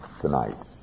tonight